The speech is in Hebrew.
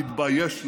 תתבייש לך.